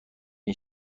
این